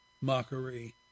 mockery